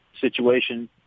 situation